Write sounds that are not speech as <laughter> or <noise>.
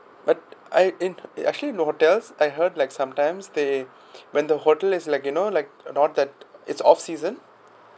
but I in it actually no hotels I heard like sometimes they <breath> when the hotel is like you know like the hotel is off season